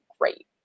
great